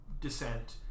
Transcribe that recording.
descent